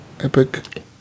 Epic